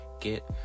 get